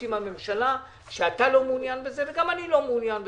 עם הממשלה שאתה לא מעוניין בזה וגם אני לא מעוניין בזה.